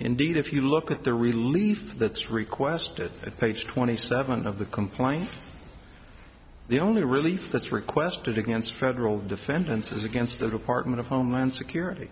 indeed if you look at the relief that's requested at page twenty seven of the complaint the only relief that's requested against federal defendants is against the department of homeland security